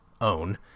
own